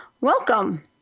welcome